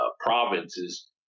provinces